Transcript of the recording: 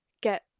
get